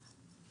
תשובה.